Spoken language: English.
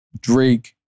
Drake